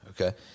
okay